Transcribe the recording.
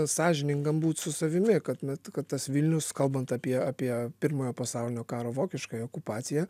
sąžiningam būt su savimi kad vat kad tas vilnius kalbant apie apie pirmojo pasaulinio karo vokiškąją okupaciją